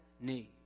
need